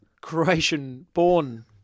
Croatian-born